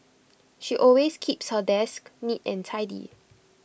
she always keeps her desk neat and tidy